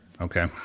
Okay